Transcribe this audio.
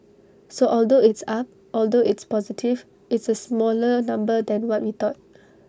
so although it's up although it's positive it's A smaller number than what we thought